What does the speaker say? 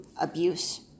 abuse